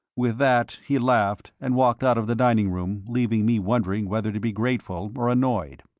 with that he laughed and walked out of the dining room, leaving me wondering whether to be grateful or annoyed.